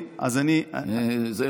זה הכול.